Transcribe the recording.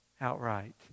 Outright